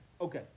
Okay